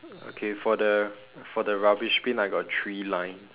okay for the for the rubbish bin I got three line